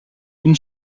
une